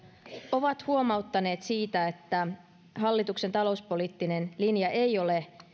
ovat huomauttaneet siitä että hallituksen talouspoliittinen linja ei ole